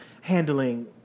handling